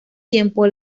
tiempo